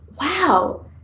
Wow